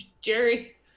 Jerry